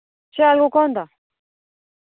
शैल कोह्का होंदा